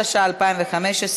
התשע"ה 2015,